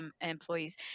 employees